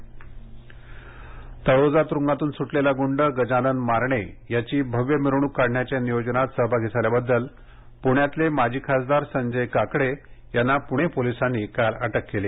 संजय काकडे अटक तळोजा तुरुंगातून सुटलेला गुंड गजानन मारणे याची भव्य मिरवणुक काढण्याच्या नियोजनात सहभागी झाल्याबद्दल पुण्यातले माजी खासदार संजय काकडे यांना पुणे पोलिसांनी काल अटक केली